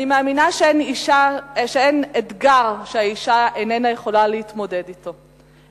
אני מאמינה שאין אתגר שהאשה איננה יכולה להתמודד אתו,